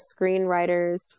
screenwriters